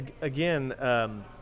again